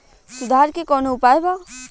सुधार के कौनोउपाय वा?